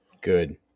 Good